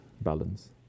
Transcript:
Balance